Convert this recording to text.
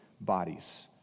bodies